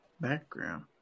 background